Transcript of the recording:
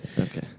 Okay